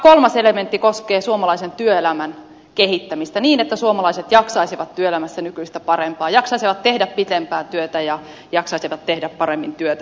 kolmas elementti koskee suomalaisen työelämän kehittämistä niin että suomalaiset jaksaisivat työelämässä nykyistä paremmin jaksaisivat tehdä pidempään työtä ja jaksaisivat tehdä paremmin työtä